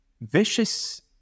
vicious